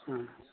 অ